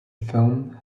film